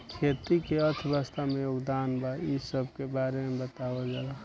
खेती के अर्थव्यवस्था में योगदान बा इ सबके बारे में बतावल जाला